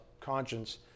conscience